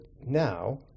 now